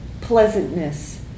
pleasantness